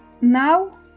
now